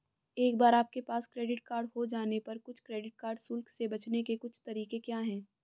एक बार आपके पास क्रेडिट कार्ड हो जाने पर कुछ क्रेडिट कार्ड शुल्क से बचने के कुछ तरीके क्या हैं?